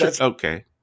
Okay